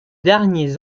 derniers